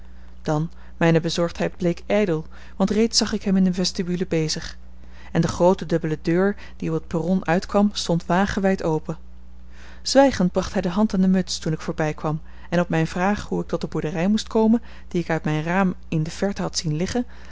dan mijne bezorgdheid bleek ijdel want reeds zag ik hem in de vestibule bezig en de groote dubbele deur die op het perron uitkwam stond wagenwijd open zwijgend bracht hij de hand aan de muts toen ik voorbijkwam en op mijne vraag hoe ik tot de boerderij moest komen die ik uit mijn raam in de verte had zien liggen